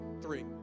three